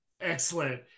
Excellent